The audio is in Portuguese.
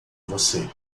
você